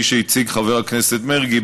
כפי שהציג חבר הכנסת מרגי,